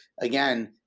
again